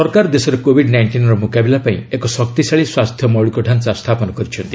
ସରକାର ଦେଶରେ କୋଭିଡ ନାଇଷ୍ଟିନ୍ର ମୁକାବିଲା ପାଇଁ ଏକ ଶକ୍ତିଶାଳୀ ସ୍ୱାସ୍ଥ୍ୟ ମୌଳିକ ତାଞ୍ଚା ସ୍ଥାପନ କରିଛନ୍ତି